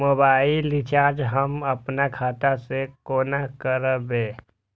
Mobile recharge हम आपन खाता से कोना करबै?